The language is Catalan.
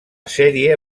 sèrie